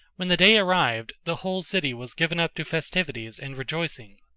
when the day arrived, the whole city was given up to festivities and rejoicing.